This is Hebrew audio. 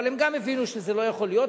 אבל הם גם הבינו שזה לא יכול להיות,